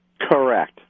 Correct